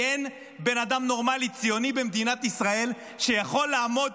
כי אין בן אדם נורמלי ציוני במדינת ישראל שיכול לעמוד